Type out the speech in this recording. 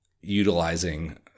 utilizing